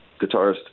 guitarist